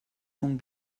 von